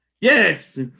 Yes